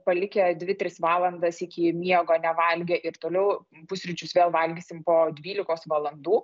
palikę dvi tris valandas iki miego nevalgę ir toliau pusryčius vėl valgysim po dvylikos valandų